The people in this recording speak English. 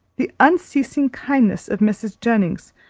the unceasing kindness of mrs. jennings,